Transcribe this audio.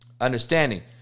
understanding